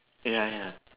ya ya